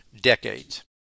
decades